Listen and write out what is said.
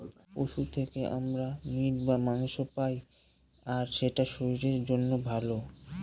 পশু থেকে আমরা মিট বা মাংস পায়, আর এটা শরীরের জন্য ভালো